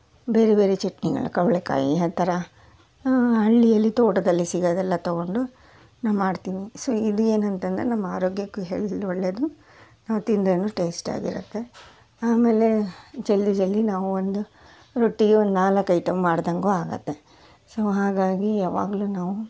ಬೇರೆ ಬೇರೆ ಚಟ್ನಿಗಳನ್ನ ಕವ್ಳಿಕಾಯಿ ಆ ಥರ ಹಳ್ಳಿಯಲ್ಲಿ ತೋಟದಲ್ಲಿ ಸಿಗೋದೆಲ್ಲ ತೊಗೊಂಡು ನಾನು ಮಾಡ್ತೀನಿ ಸೊ ಇಲ್ಲಿ ಏನಂತಂದ್ರೆ ನಮ್ಮ ಆರೋಗ್ಯಕ್ಕೂ ಹೆಳ್ ಒಳ್ಳೆಯದು ನಾವು ತಿಂದಂಗೂ ಟೇಸ್ಟಾಗಿರುತ್ತೆ ಆಮೇಲೆ ಜಲ್ದಿ ಜಲ್ದಿ ನಾವು ಒಂದು ರೊಟ್ಟಿ ಒಂದು ನಾಲ್ಕು ಐಟಮ್ ಮಾಡಿದಂಗೂ ಆಗುತ್ತೆ ಸೊ ಹಾಗಾಗಿ ಯಾವಾಗ್ಲು ನಾವು